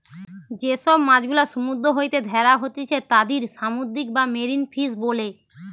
যে সব মাছ গুলা সমুদ্র হইতে ধ্যরা হতিছে তাদির সামুদ্রিক বা মেরিন ফিশ বোলে